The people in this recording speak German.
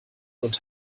und